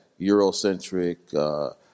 Eurocentric